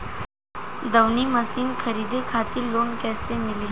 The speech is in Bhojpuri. दऊनी मशीन खरीदे खातिर लोन कइसे मिली?